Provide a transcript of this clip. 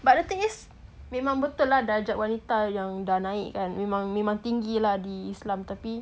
but the thing is memang betul lah darjat wanita dah naik kan memang tinggi lah di islam tapi